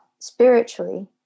Spiritually